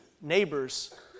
neighbors